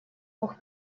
мог